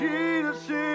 Jesus